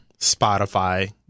Spotify